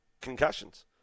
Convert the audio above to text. concussions